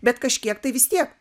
bet kažkiek tai vis tiek